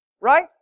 Right